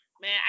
Man